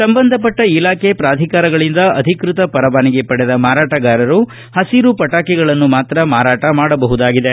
ಸಂಬಂಧಪಟ್ಟ ಇಲಾಖೆ ಪ್ರಾಧಿಕಾರಗಳಿಂದ ಅಧಿಕೃತ ಪರವಾನಗಿ ಪಡೆದ ಮಾರಾಟಗಾರರು ಪಸಿರು ಪಟಾಕಿಗಳನ್ನು ಮಾತ್ರ ಮಾರಾಟ ಮಾಡಬಹುದಾಗಿದೆ